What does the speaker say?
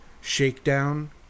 shakedown